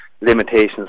limitations